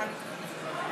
אפשר?